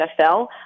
NFL